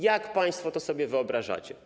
Jak państwo to sobie wyobrażacie?